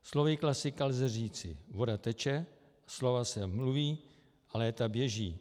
Slovy klasika lze říci: voda teče, slova se mluví a léta běží.